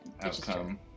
Outcome